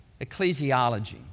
ecclesiology